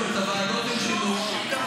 כל הוועדות שהחלפתם,